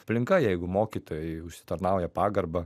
aplinka jeigu mokytojai užsitarnauja pagarbą